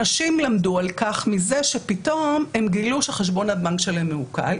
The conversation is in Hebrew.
אנשים למדו על כך מזה שפתאום הם גילו שחשבון הבנק שלהם מעוקל,